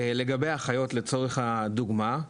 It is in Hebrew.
לגבי האחיות לצורך הדוגמה,